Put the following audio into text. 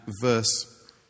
verse